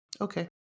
Okay